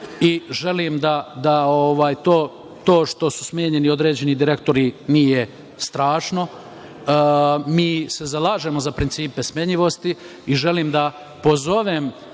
i želim da to što su smenjeni određeni direktori nije strašno. Mi se zalažemo za principe smenjivosti i želim da pozovem